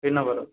ଏଇ ନମ୍ବର୍